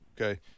Okay